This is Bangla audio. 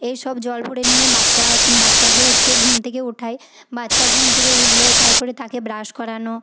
এই সব জল ভরে নিয়ে বাচ্চা বাচ্চাকে হচ্ছে ঘুম থেকে ওঠাই বাচ্চা ঘুম থেকে উঠলে তার পরে তাকে ব্রাশ করানো